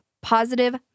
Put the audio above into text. Positive